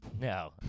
No